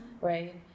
right